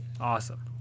Awesome